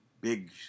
big